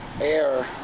air